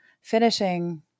finishing